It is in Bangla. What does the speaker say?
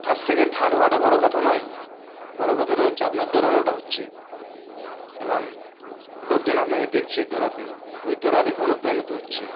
ফার্স্ট সেকেন্ড থার্ড হওয়াটা বড়ো কথা নয় বড়ো কথাটা হচ্ছে আপনার দৌড়ানোটা হচ্ছে এবং লোকজন আপনাকে দেখছে দৌড়াতে ওই দৌড়া দেখে অনুপ্রাণিত হচ্ছে